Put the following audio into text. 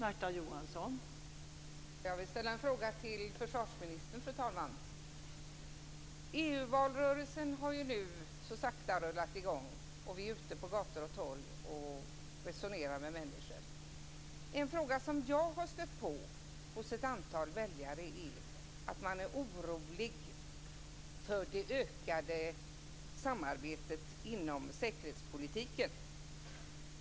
Fru talman! Jag vill ställa en fråga till försvarsministern. EU-valrörelsen har nu så sakta rullat i gång och vi är ute på gator och torg och resonerar med människor. En sak som jag har stött på hos ett antal väljare är att man är orolig för det ökade samarbetet inom säkerhetspolitiken.